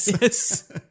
Yes